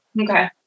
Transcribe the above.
Okay